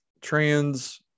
trans